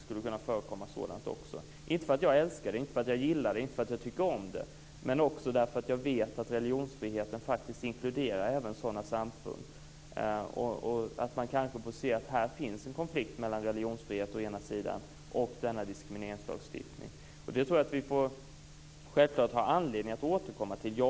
Det beror inte på att jag älskar det, gillar det eller tycker om det, men det beror på att jag vet att religionsfriheten inkluderar även sådana samfund. Man kanske får se att det finns en konflikt mellan religionsfrihet å ena sidan och denna diskrimineringslagstiftning å andra sidan. Jag tror att vi får anledning att återkomma till detta.